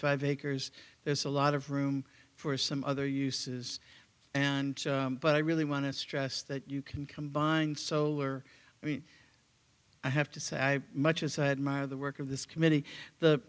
five acres there's a lot of room for some other uses and but i really want to stress that you can combine solar i mean i have to say i much as i admire the work of this committee the